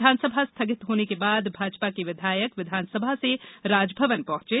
विधानसभा स्थगित होने के बाद भाजपा के विधायक विधानसभा से राजभवन पहंचे